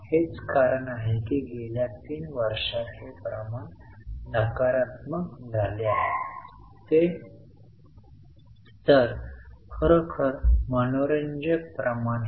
परंतु आपल्याला बरेच होमवर्क करण्याची आवश्यकता आहे असे करण्यासाठी